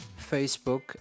Facebook